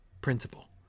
principle